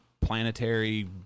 planetary